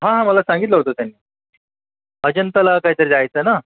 हां हां मला सांगितलं होतं त्यांनी अजंताला काहीतरी जायचं ना